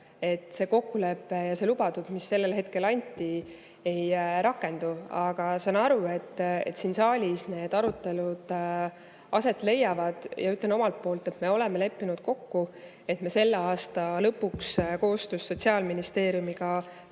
see kokkulepe ja see lubadus, mis sellel hetkel anti, ei rakendu. Aga ma saan aru, et siin saalis need arutelud aset leiavad, ja ütlen omalt poolt, et me oleme leppinud kokku, et me selle aasta lõpuks koostöös Sotsiaalministeeriumiga töötame